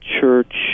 Church